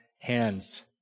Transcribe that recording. hands